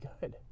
good